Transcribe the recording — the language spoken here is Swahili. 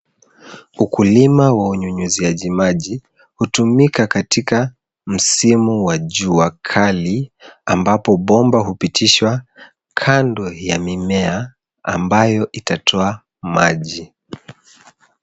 Ukulima wa unyunyizaji maji hutumika katika msimu wa jua kali ambapo bomba hupitishwa kando ya mimea ambayo itatoa maji.